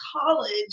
college